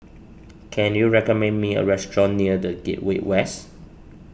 can you recommend me a restaurant near the Gateway West